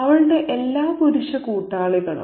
അവളുടെ എല്ലാ പുരുഷ കൂട്ടാളികളും